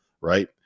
right